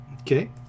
Okay